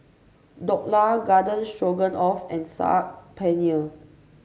Dhokla Garden Stroganoff and Saag Paneer